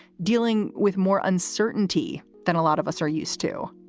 dealing with more uncertainty than a lot of us are used to